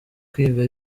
kwiga